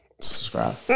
subscribe